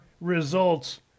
results